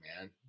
man